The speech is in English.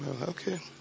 Okay